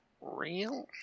real